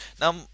now